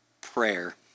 prayer